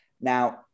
Now